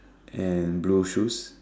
and blue shoes